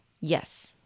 yes